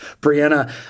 Brianna